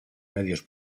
medios